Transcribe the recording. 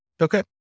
Okay